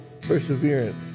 perseverance